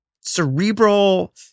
cerebral